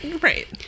right